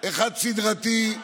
אחד סדרתי,